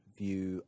view